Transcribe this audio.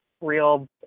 real